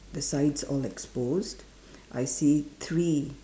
the sides all exposed I see three